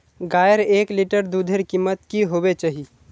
गायेर एक लीटर दूधेर कीमत की होबे चही?